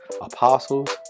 apostles